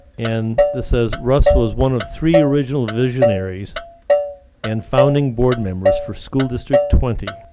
and this says, russ was one of three original visionaries and founding board members for school district twenty,